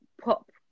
pop